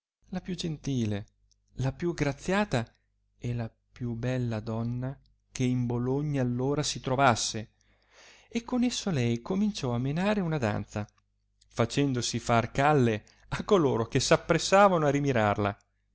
la più gentile la più graziata e la più bella donna che in bologna allora si trovasse e con esso lei cominciò menare una danza facendosi far calle a coloro che s appressavano per rimirarla